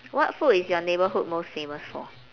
what food is your neighbourhood most famous for